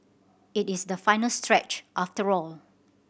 it is the final stretch after all